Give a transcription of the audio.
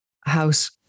house